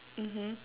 mmhmm